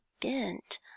bent